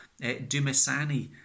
Dumasani